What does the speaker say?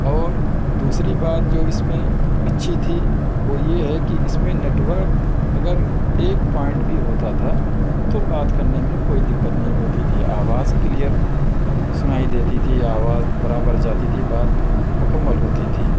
اور دوسری بات جو اس میں اچھی تھی وہ یہ ہے کہ اس میں نیٹ ورک اگر ایک پوائنٹ بھی ہوتا تھا تو بات کرنے میں کوئی دقت نہیں ہوتی تھی آواز کلیئر سنائی دیتی تھی یا آواز برابر جاتی تھی بات مکمل ہوتی تھی